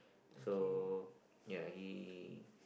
so ya he